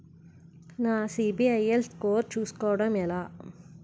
నా CIBIL score చుస్కోవడం ఎలా?